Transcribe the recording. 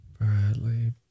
Bradley